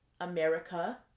America